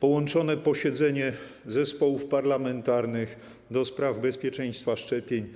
Chodzi o posiedzenie połączonych zespołów parlamentarnych: do spraw bezpieczeństwa szczepień